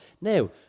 Now